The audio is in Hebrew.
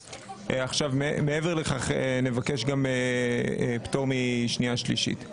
מעבר לכך, נבקש גם פטור משנייה ושלישית.